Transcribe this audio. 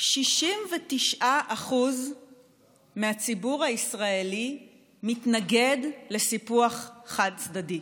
69% מהציבור הישראלי מתנגד לסיפוח חד-צדדי,